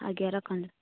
ଆଜ୍ଞା ରଖନ୍ତୁ